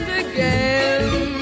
again